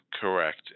Correct